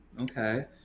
okay